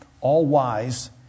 all-wise